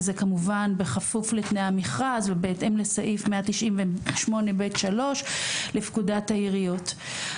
וזה כמובן בכפוף לתנאי המכרז ובהתאם לסעיף 193 ב'3 לפקודת העיריות.